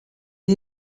est